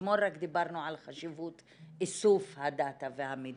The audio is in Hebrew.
אתמול רק דיברנו על חשיבות איסוף המידע,